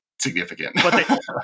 significant